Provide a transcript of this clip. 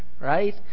Right